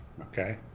Okay